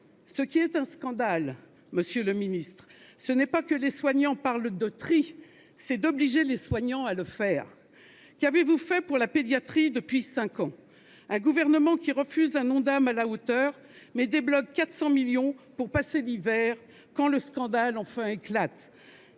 Ce qui est un scandale, monsieur le ministre, ce n'est pas que les soignants parlent de tri, c'est de les obliger à en faire ! Qu'avez-vous fait pour la pédiatrie depuis cinq ans ? Le Gouvernement refuse de fixer un Ondam à la hauteur des enjeux, mais il débloque 400 millions pour passer l'hiver quand le scandale enfin éclate :